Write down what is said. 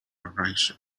horizon